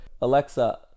Alexa